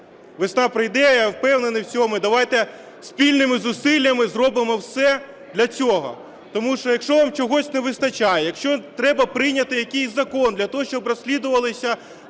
Весна прийде, я впевнений в цьому. І давайте спільними зусиллями зробимо все для цього. Тому що якщо вам чогось не вистачає, якщо треба прийняти якийсь закон для того, щоб розслідувалися